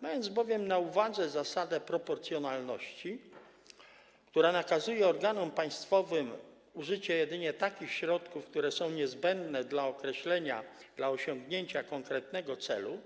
Mając na uwadze zasadę proporcjonalności, która nakazuje organom państwowym użycie jedynie takich środków, które są niezbędne dla osiągnięcia konkretnego celu,